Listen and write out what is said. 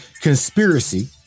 conspiracy